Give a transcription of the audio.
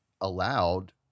allowed –